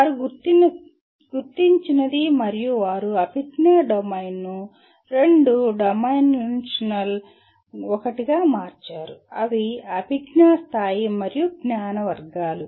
వారు గుర్తించినది మరియు వారు అభిజ్ఞా డొమైన్ను రెండు డైమెన్షనల్ ఒకటిగా మార్చారు అవి అభిజ్ఞా స్థాయి మరియు జ్ఞాన వర్గాలు